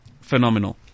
phenomenal